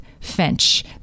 Finch